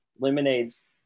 Lemonade's